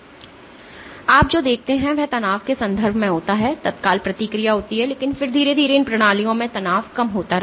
इसलिए आप जो देखते हैं वह तनाव के संदर्भ में होता है तत्काल प्रतिक्रिया होती है लेकिन फिर धीरे धीरे इन प्रणालियों में तनाव कम होता रहेगा